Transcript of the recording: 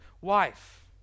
wife